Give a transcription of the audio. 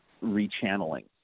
re-channeling